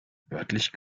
wörtlich